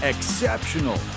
Exceptional